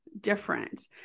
different